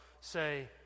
say